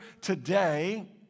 today